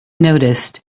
noticed